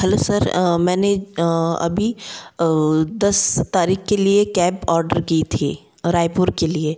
hello sir मैंने अभी दस तारीख़ के लिए कैब ऑर्डर की थी रायपुर के लिए